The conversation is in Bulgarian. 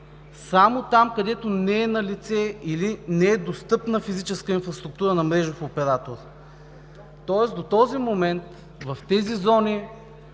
само там, където не е налице или не е достъпна физическа инфраструктура на мрежов оператор, тоест до този момент в тези зони